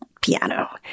piano